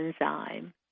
enzyme